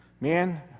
Man